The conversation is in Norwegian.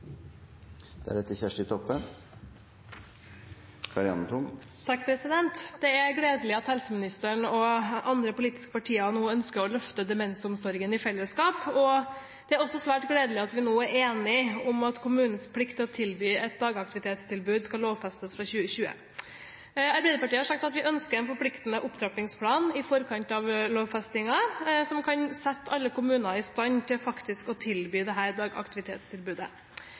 gledelig at helseministeren og andre politiske partier nå ønsker å løfte demensomsorgen i fellesskap. Det er også svært gledelig at vi nå er enige om at kommunenes plikt til å tilby et dagaktivitetstilbud skal lovfestes fra 2020. Arbeiderpartiet har sagt at vi ønsker en forpliktende opptrappingsplan i forkant av lovfestingen, som kan sette alle kommuner i stand til faktisk å tilby dette dagaktivitetstilbudet. Hvordan vil helseministeren konkret sørge for at alle kommuner er i